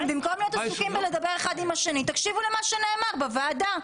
אם במקום להיות עסוקים בלדבר אחד עם השני תקשיבו למה שנאמר כאן בוועדה.